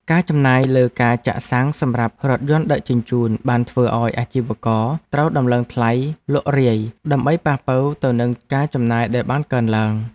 ការចំណាយលើការចាក់សាំងសម្រាប់រថយន្តដឹកជញ្ជូនបានធ្វើឱ្យអាជីវករត្រូវដំឡើងថ្លៃលក់រាយ ដើម្បីប៉ះប៉ូវទៅនឹងការចំណាយដែលបានកើនឡើង។